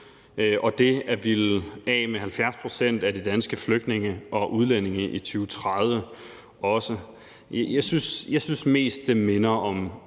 også at ville af med 70 pct. af de danske flygtninge og udlændinge i 2030. Jeg synes mest, at det minder om